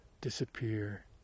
disappear